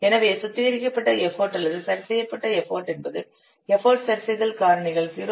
எனவே சுத்திகரிக்கப்பட்ட எஃபர்ட் அல்லது சரிசெய்யப்பட்ட எஃபர்ட் என்பது எஃபர்ட் சரிசெய்தல் காரணிகள் 0